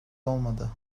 olmadı